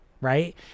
right